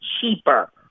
cheaper